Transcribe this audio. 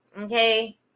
Okay